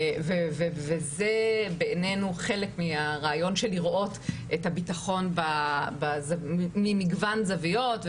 וזה בעינינו חלק מהרעיון של לראות את הביטחון ממגוון זוויות,